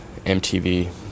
MTV